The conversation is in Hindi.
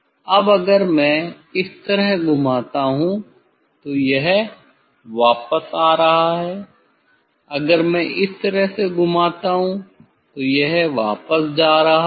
अब अगर मैं इस तरह घुमाता हूं तो यह वापस आ रहा है अगर मैं इस तरह से घुमाता हूं तो यह वापस जा रहा है